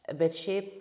bet šiaip